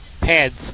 Pads